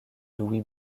louis